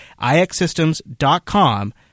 iXsystems.com